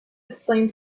explained